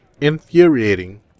Infuriating